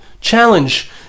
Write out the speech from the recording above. challenge